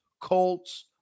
colts